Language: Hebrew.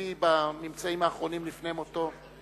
הביא בממצאים האחרונים לפני מותו,